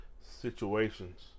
situations